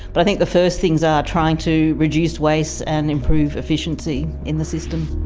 but i think the first things are trying to reduce waste and improve efficiency in the system.